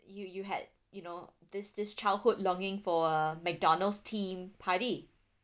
you you had you know this this childhood longing for a mcdonald's theme party